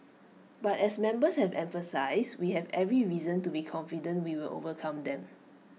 but as members have emphasised we have every reason to be confident we will overcome them